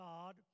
God